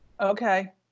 okay